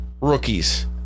rookies